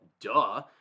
Duh